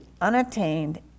unattained